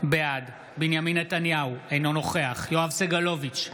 בעד בנימין נתניהו, אינו נוכח יואב סגלוביץ'